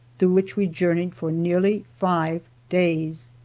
through which we journeyed for nearly five days.